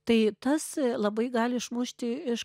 tai tas labai gali išmušti iš